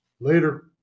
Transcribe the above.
Later